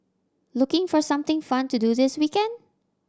looking for something fun to do this weekend